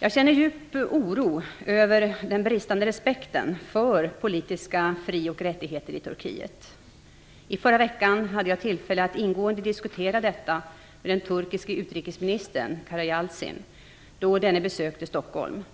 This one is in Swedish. Jag känner djup oro över den bristande respekten för politiska fri och rättigheter i Turkiet. I förra veckan hade jag tillfälle att ingående diskutera detta med den turkiske utrikesministern Karayalcin, då denne besökte Stockholm.